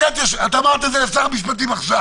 את רוצה להפסיק את הדיון עכשיו?